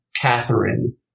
Catherine